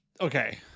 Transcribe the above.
okay